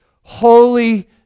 holy